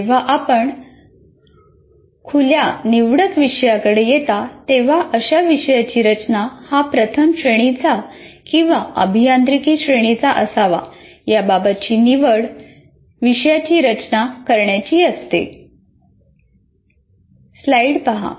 जेव्हा आपण खुल्या निवडक विषयांकडे येता तेव्हा अशा विषयांची रचना हा प्रथम श्रेणीचा किंवा अभियांत्रिकी श्रेणीचा असावा याबाबतची निवड विषयाची रचना करणाऱ्याची असते